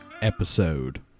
episode